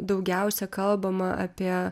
daugiausia kalbama apie